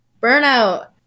Burnout